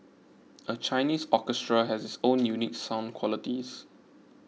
a Chinese orchestra has its own unique sound qualities